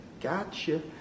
Gotcha